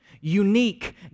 unique